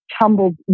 tumbled